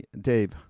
Dave